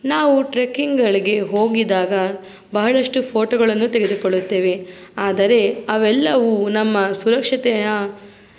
ನಾವು ಟ್ರೆಕಿಂಗ್ಗಳಿಗೆ ಹೋಗಿದಾಗ ಬಹಳಷ್ಟು ಫೋಟೋಗಳನ್ನು ತೆಗೆದುಕೊಳ್ಳುತ್ತೇವೆ ಆದರೆ ಅವೆಲ್ಲವೂ ನಮ್ಮ ಸುರಕ್ಷತೆಯ